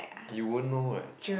you won't know what